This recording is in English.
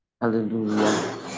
Hallelujah